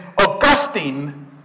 Augustine